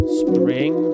spring